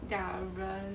their 人